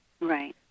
right